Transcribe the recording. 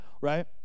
right